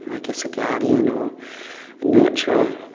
i guess a guardian or a nurturer,